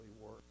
work